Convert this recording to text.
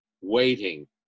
waiting